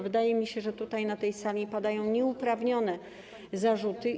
Wydaje mi się, że na tej sali padają nieuprawnione zarzuty.